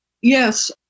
Yes